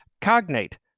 cognate